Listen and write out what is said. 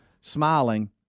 smiling